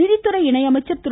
நிதித்துறை இணையமைச்சர் திரு